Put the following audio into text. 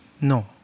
No